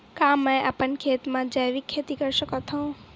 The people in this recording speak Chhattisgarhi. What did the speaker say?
का मैं अपन खेत म जैविक खेती कर सकत हंव?